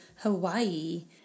Hawaii